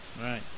Right